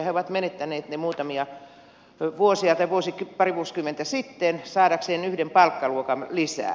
he ovat menettäneet ne pari vuosikymmentä sitten saadakseen yhden palkkaluokan lisää